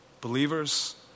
Believers